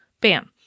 Bam